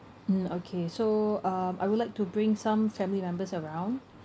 mm okay so um I would like to bring some family members around